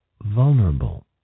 vulnerable